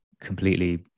completely